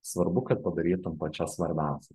svarbu kad padarytum pačias svarbiausia